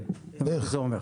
כן, זה אומר.